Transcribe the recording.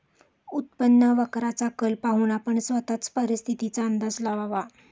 उत्पन्न वक्राचा कल पाहून आपण स्वतःच परिस्थितीचा अंदाज लावावा